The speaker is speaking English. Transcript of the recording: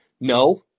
No